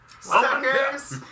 Suckers